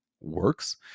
Works